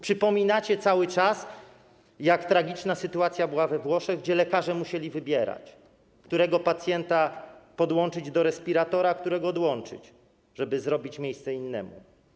Przypominacie cały czas, jak tragiczna sytuacja była we Włoszech, gdzie lekarze musieli wybierać, którego pacjenta podłączyć do respiratora, a którego odłączyć, żeby zrobić miejsce innemu.